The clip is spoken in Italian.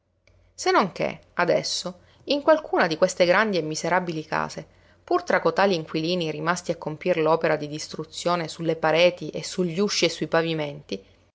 non che adesso in qualcuna di queste grandi e miserabili case pur tra cotali inquilini rimasti a compir l'opera di distruzione sulle pareti e sugli usci e sui pavimenti